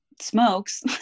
smokes